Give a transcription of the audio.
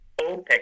OPEC